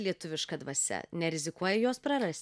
lietuviška dvasia nerizikuoja jos prarasti